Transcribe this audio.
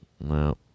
no